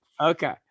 okay